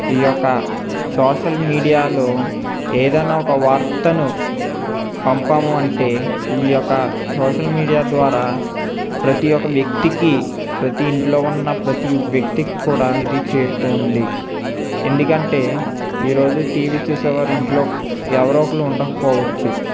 ఈ యొక్క సోషల్ మీడియాలో ఏదైనా ఒక వార్తను పంపాము అంటే ఈ యొక్క సోషల్ మీడియా ద్వారా ప్రతి ఒక్క వ్యక్తికీ ప్రతి ఇంట్లో ఉన్న ప్రతి వ్యక్తికీ కూడా ఇది చేరుతూ ఉంది ఎందుకంటే ఈరోజు టీవీ చూసే వారు ఇంట్లో ఎవరో ఒకలు ఉండకపోవచ్చు